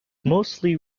mostly